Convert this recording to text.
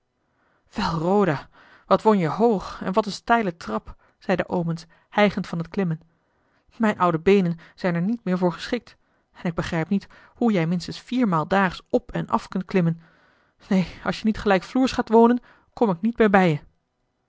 roda wat woon je hoog en wat een steile trap zeide omens hijgend van het klimmen mijn oude beenen zijn er niet meer voor geschikt en ik begrijp niet hoe jij minstens viermaal daags op en af kunt klimmen neen als je niet gelijkvloers gaat wonen kom ik niet meer bij je